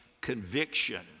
conviction